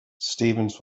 stevens